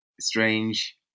strange